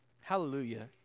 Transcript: Hallelujah